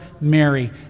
Mary